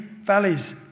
valleys